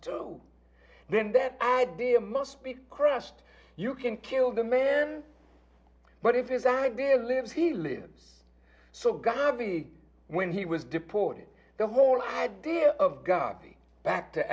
to then that idea must be crushed you can kill the man but it is that their lives he lives so godly when he was deported the whole idea of god back to